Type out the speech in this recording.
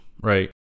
right